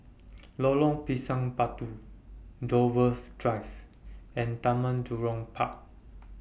Lorong Pisang Batu Dover Drive and Taman Jurong Park